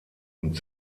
und